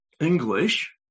English